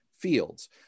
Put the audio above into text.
Fields